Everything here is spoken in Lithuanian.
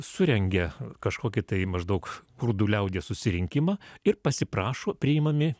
surengia kažkokį tai maždaug kurdų liaudies susirinkimą ir pasiprašo priimami